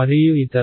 మరియు ఇతర